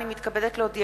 אני מתכבדת להודיעכם,